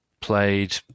played